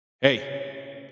hey